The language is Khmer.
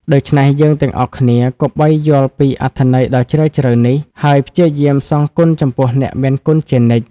ដូច្នេះ យើងទាំងអស់គ្នាគប្បីយល់ពីអត្ថន័យដ៏ជ្រាលជ្រៅនេះ ហើយព្យាយាមសងគុណចំពោះអ្នកមានគុណជានិច្ច។